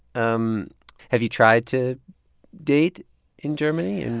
um have you tried to date in germany, and